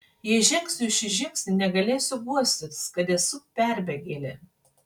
jei žengsiu šį žingsnį negalėsiu guostis kad esu perbėgėlė